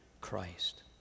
Christ